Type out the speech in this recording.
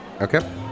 Okay